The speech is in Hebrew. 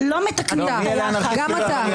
גם אתה,